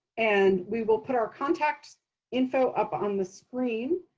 and we will put our contact info up on the screen.